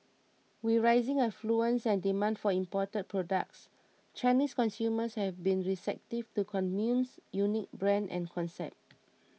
with rising affluence and demand for imported products Chinese consumers have been receptive to commune's unique brand and concept